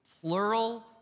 plural